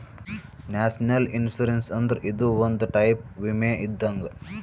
national insurance ಅಂದ್ರ ಇದು ಒಂದ್ ಟೈಪ್ ವಿಮೆ ಇದ್ದಂಗ್